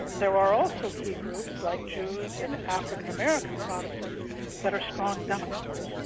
there are also key groups like jews and african-american protestants that are strong democrats,